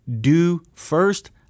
do-first